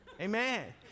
Amen